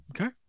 Okay